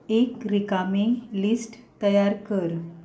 एक रिकामें लिस्ट तयार कर